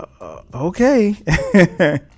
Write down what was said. okay